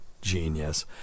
genius